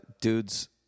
dudes